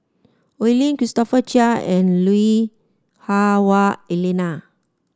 Oi Lin Christopher Chia and Lui Hah Wah Elena